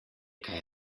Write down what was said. kaj